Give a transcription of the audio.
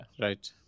right